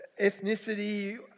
ethnicity